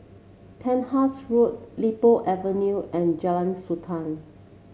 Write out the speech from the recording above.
Penhas Road Li Po Avenue and Jalan Srantan